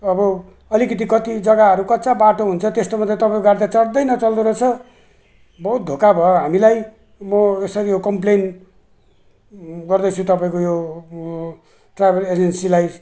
अब अलिकति कति जग्गाहरू कच्चा बाटो हुन्छ त्यस्तोमा त तपाईँको गाडी त चढ्दै नचढ्दो रहेछ बहुत धोका भयो हामीलाई म यसरी यो कम्प्लेन गर्दैछु तपाईँको यो ट्राभल एजेन्सीलाई